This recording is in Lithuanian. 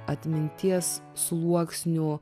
atminties sluoksnių